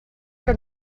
que